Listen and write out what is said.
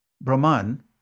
Brahman